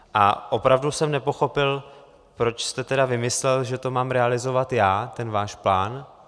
A opravdu jsem nepochopil, proč jste vymyslel, že to mám realizovat já, ten váš plán.